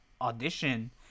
audition